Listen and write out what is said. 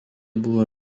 buvo